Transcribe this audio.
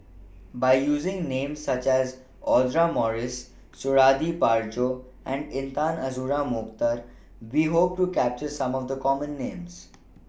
By using Names such as Audra Morrice Suradi Parjo and Intan Azura Mokhtar We Hope to capture Some of The Common Names